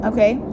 Okay